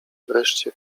wreszcie